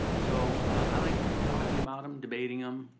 so i like talking about em, debating em,